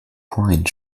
bryant